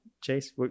chase